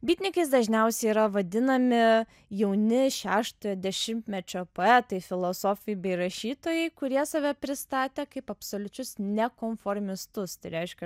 bytnikais dažniausiai yra vadinami jauni šeštojo dešimtmečio poetai filosofai bei rašytojai kurie save pristatė kaip absoliučius nekonformistus tai reiškia